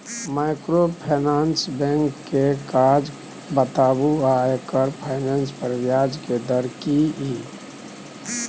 Microfinance bank के काज बताबू आ एकर फाइनेंस पर ब्याज के दर की इ?